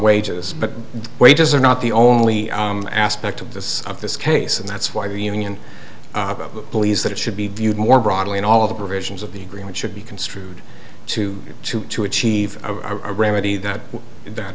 wages but wages are not the only aspect of this of this case and that's why the union believes that it should be viewed more broadly in all of the provisions of the green it should be construed to to to achieve a remedy that that